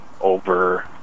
over